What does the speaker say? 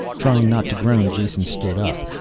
trying not to groan, jason stood up.